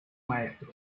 maestro